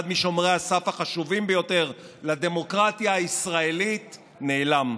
אחד משומרי הסף החשובים ביותר לדמוקרטיה הישראלית נעלם.